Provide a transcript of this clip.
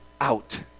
out